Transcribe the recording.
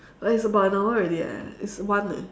but it's about an hour ready eh it's one eh